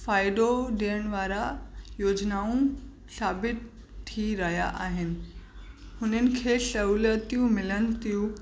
फ़ाइदो ॾियणु वारा योजनाऊं साबितु थी रहिया आहिनि हुननि खे सहुलतियूं मिलनि थियूं